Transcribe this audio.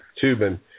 tubing